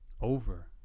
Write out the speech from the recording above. Over